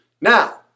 Now